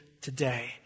today